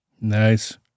Nice